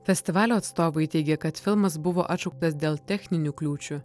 festivalio atstovai teigia kad filmas buvo atšauktas dėl techninių kliūčių